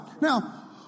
Now